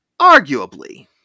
Arguably